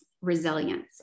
resilience